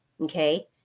Okay